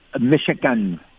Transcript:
Michigan